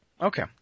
Okay